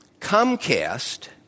Comcast